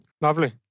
lovely